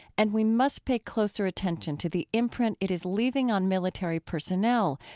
and we must pay closer attention to the imprint it is leaving on military personnel,